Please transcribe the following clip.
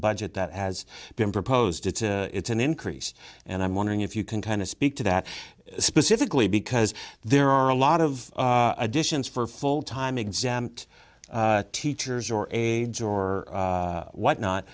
budget that has been proposed it's an increase and i'm wondering if you can kind of speak to that specifically because there are a lot of additions for full time exempt teachers or age or whatnot